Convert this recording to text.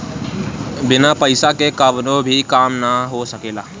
बिना पईसा के कवनो भी काम ना हो सकेला